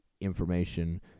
information